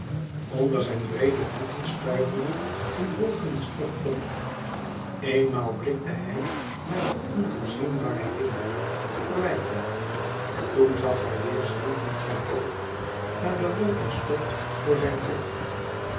onder zijn breede voeten stuivelde in wolken het stof op eenmaal blikte hij naar den ondoorzienbaren hemel verwijtend toen zag hij weêr zinkend zijn hoofd naar de wolken stof voor zijn voet